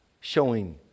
showing